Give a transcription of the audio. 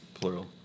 plural